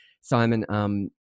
Simon